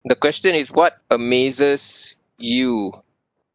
the question is what amazes you